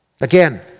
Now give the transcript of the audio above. Again